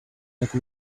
like